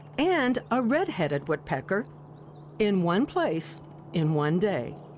and a red-headed woodpecker in one place in one day.